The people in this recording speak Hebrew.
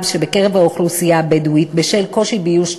שבקרב האוכלוסייה הבדואית בשל קושי באיוש תקנים,